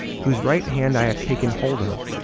whose right hand i have taken hold of,